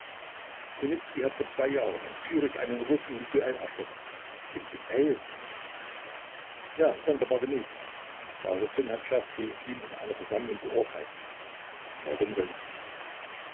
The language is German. hat vor zwei jahren in zürich einen russen im duell erschossen im duell ja sonderbar genug daraufhin hat czerski ihn in einer versammlung geohrfeigt warum denn